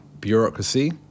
bureaucracy